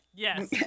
Yes